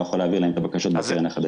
יכול להעביר להם את הבקשות בתנאים החדשים.